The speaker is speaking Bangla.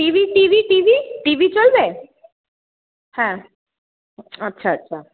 টিভি টিভি টিভি টিভি চলবে হ্যাঁ আচ্ছা আচ্ছা